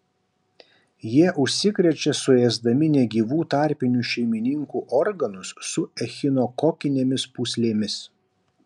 jie užsikrečia suėsdami negyvų tarpinių šeimininkų organus su echinokokinėmis pūslėmis